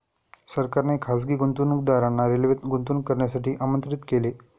सरकारने खासगी गुंतवणूकदारांना रेल्वेत गुंतवणूक करण्यासाठी आमंत्रित केले